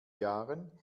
jahren